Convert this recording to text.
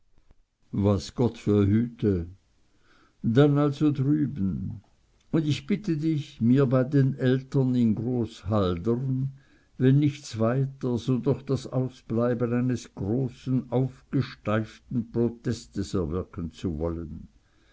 was gott verhüte dann also drüben und ich bitte dich mir bei den eltern in groß haldern wenn nichts weiter so doch das ausbleiben eines großen aufgesteiften protestes erwirken zu wollen